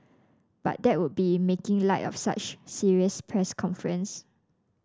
but that would be making light of such a serious press conference